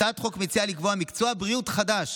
הצעת החוק מציעה לקבוע מקצוע בריאות חדש,